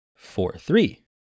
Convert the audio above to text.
Four-three